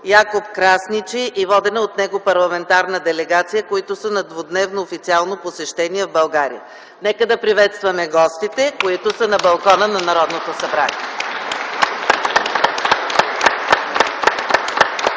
Якоб Красничи и водена от него парламентарна делегация, които са на двудневно официално посещение в България. Нека да приветстваме гостите, които са на балкона на Народното събрание. (Народните